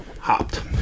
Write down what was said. hopped